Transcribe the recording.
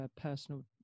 personal